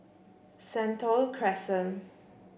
Sentul Crescent